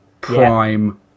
prime